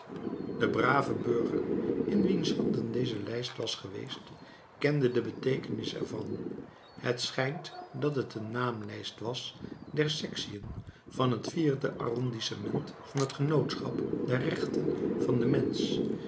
de brave burger in wiens handen deze lijst was geweest kende de beteekenis ervan het schijnt dat t een naamlijst was der sectiën van het vierde arrondissement van t genootschap der rechten van den mensch